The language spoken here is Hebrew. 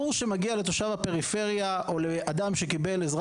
ברור שמגיע לתושב הפריפריה או לאדם שקיבל עזרה